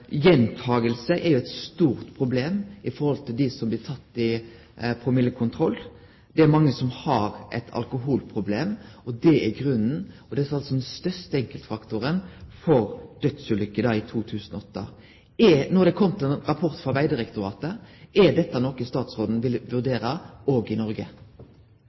Det er fordi gjentaking er eit stort problem når det gjeld dei som blir tekne i promillekontroll – det er mange som har eit alkoholproblem. Det er grunnen. Og det er den største enkeltfaktoren for dødsulukkene i 2008. No har det kome ein rapport frå Vegdirektoratet. Er dette noko statsråden vil vurdere òg i Noreg?